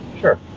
Sure